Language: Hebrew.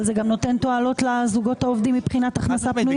אבל זה גם נותן תועלות לזוגות העובדים מבחינת הכנסה פנויה.